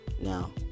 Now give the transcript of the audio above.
Now